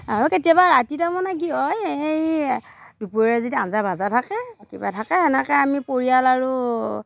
আৰু কেতিয়াবা ৰাতি তাৰমানে কি হয় এই দুপৰীয়া যদি আঞ্জা ভজা থাকে বা কিবা থাকে এনেকৈ আমি পৰিয়াল আৰু